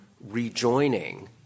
rejoining